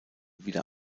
wieder